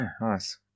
Nice